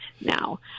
now